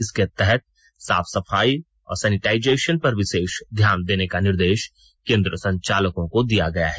इसके तहत साफ सफाई और सैनिटाइजेशन पर विशेष ध्यान देने का निर्देश केंद्र संचालकों को दिया गया है